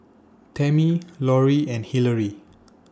Tamie Laurie and Hilary